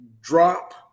drop